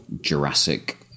Jurassic